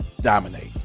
dominate